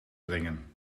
dringen